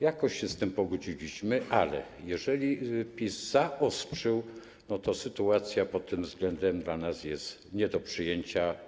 Jakoś się z tym pogodziliśmy, ale jeżeli PiS zaostrzył, to sytuacja pod tym względem dla nas jest nie do przyjęcia.